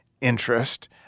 interest